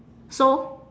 so